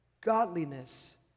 godliness